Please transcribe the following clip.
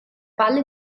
palle